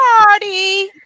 party